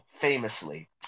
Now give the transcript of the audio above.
famously